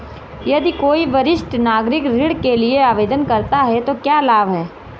यदि कोई वरिष्ठ नागरिक ऋण के लिए आवेदन करता है तो क्या लाभ हैं?